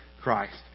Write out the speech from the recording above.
Christ